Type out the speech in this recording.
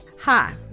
Hi